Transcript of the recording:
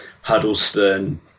Huddleston